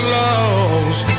lost